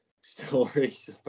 stories